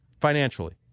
financially